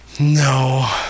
No